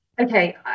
okay